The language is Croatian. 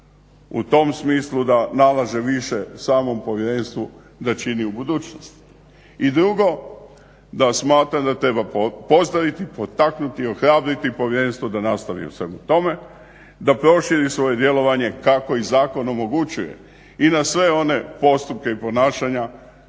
u tom smislu da nalaže više samom povjerenstvu da čini u budućnosti. I drugo da smatram da treba pozdraviti, potaknuti, ohrabriti povjerenstvo da nastavi u svemu tome, da proširi svoje djelovanje kako im zakon omogućuje i na sve one postupke i ponašanja